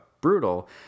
brutal